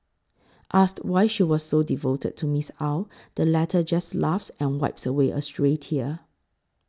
asked why she is so devoted to Ms Ow the latter just laughs and wipes away a stray tear